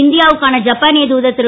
இந் யாவுக்கான ஐப்பா ய தூதர் ரு